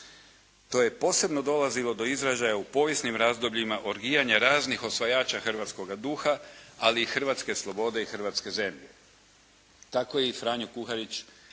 To je posebno dolazilo do izražaja u povijesnim razdobljima orgijanja raznih osvajača hrvatskoga duha, ali i hrvatske slobode i hrvatske zemlje. Tako je i Franjo Kuharić